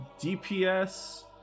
DPS